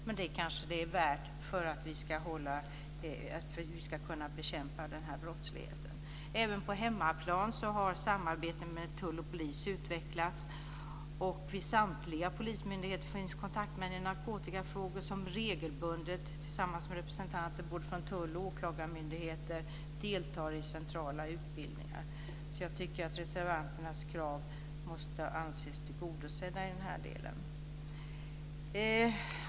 Men det kanske det är värt för att vi ska kunna bekämpa den här brottsligheten. Även på hemmaplan har samarbete med tull och polis utvecklats. Vid samtliga polismyndigheter finns kontaktmän i narkotikafrågor som regelbundet tillsammans med representanter från tull och åklagarmyndigheter deltar i centrala utbildningar. Jag tycker därför att reservanternas krav måste anses tillgodosedda i den delen.